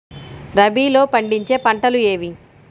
రబీలో పండించే పంటలు ఏవి?